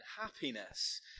happiness